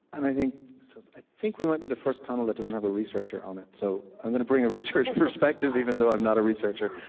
and i think so ah think we might be the first panel that doesn't have a researcher on it, so i'm gonna bring a research perspective even though i'm not a researcher,